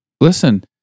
listen